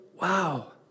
wow